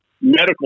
medical